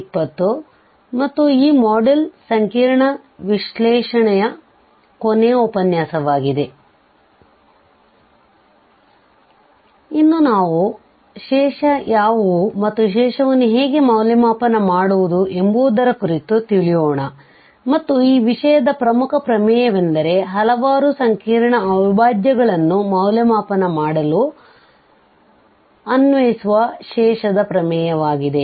ಇಂದು ನಾವು ಶೇಷ ಯಾವುವು ಮತ್ತು ಶೇಷವನ್ನು ಹೇಗೆ ಮೌಲ್ಯಮಾಪನ ಮಾಡುವುದು ಎಂಬುದರ ಕುರಿತು ತಿಳಿಯೋಣ ಮತ್ತು ಈ ವಿಷಯದ ಪ್ರಮುಖ ಪ್ರಮೇಯವೆಂದರೆ ಹಲವಾರು ಸಂಕೀರ್ಣ ಅವಿಭಾಜ್ಯಗಳನ್ನು ಮೌಲ್ಯಮಾಪನ ಮಾಡಲು ಅನ್ವಯಿಸುವ ಶೇಷದ ಪ್ರಮೇಯವಾಗಿದೆ